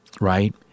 right